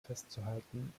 festzuhalten